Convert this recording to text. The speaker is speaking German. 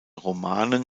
romanen